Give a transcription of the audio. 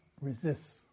resists